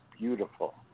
beautiful